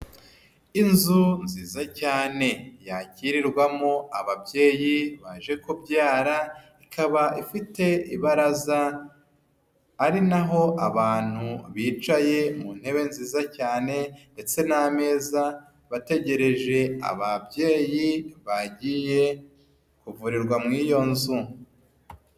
Inzu nziza cyane yakirirwamo ababyeyi baje kubyara ikaba ifite ibaraza, ari naho abantu bicaye mu ntebe nziza cyane ndetse n'ameza, bategereje ababyeyi bagiye kuvurirwa muri iyo nzu.